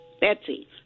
Betsy